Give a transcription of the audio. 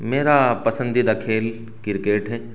میرا پسندیدہ کھیل کرکٹ ہے